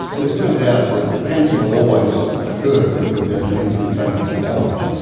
there's no doubt that cancer will always occur because our genes mutate as we age,